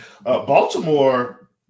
Baltimore